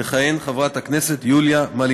(תיקון, חובת מתן הקלה לתוספת דירות מגורים)